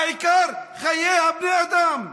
העיקר חיי בני האדם.